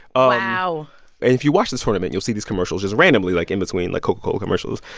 ah wow and if you watch this tournament, you'll see these commercials just randomly, like, in between, like, coca-cola commercials,